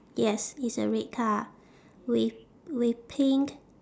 yes it's a red car with with pink